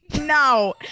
No